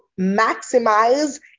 maximize